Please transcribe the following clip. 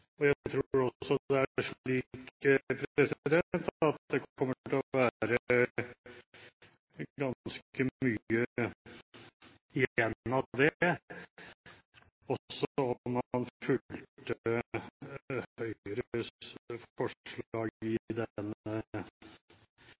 eierskapet. Jeg tror også det kommer til å være ganske mye igjen av det også om man hadde fulgt Høyres forslag